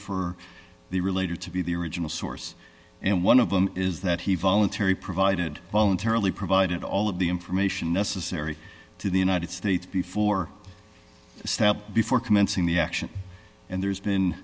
for the related to be the original source and one of them is that he voluntary provided voluntarily provided all of the information necessary to the united states before sat before commencing the action and there's been